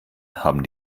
haben